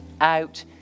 out